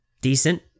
decent